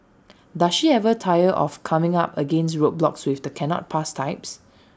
does she ever tire of coming up against roadblocks with the cannot work types